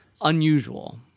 unusual